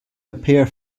appear